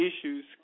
issues